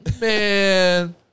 Man